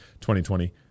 2020